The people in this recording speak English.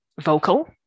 vocal